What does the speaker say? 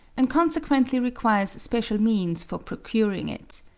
and consequently requires special means for procuring it.